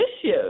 issues